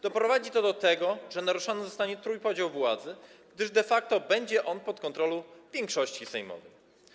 Doprowadzi to do tego, że naruszony zostanie trójpodział władzy, gdyż de facto będzie on pod kontrolą większości sejmowej.